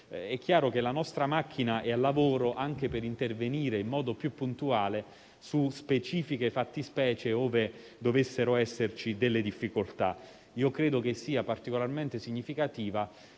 al giorno. La nostra macchina è al lavoro anche per intervenire in modo più puntuale su specifiche fattispecie ove dovessero esserci delle difficoltà. Credo sia particolarmente significativa